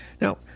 Now